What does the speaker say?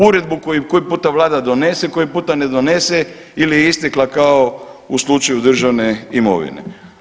Uredbu koju koji puta Vlada donese, koji puta ne donese ili je istekla kao u slučaju državne imovine.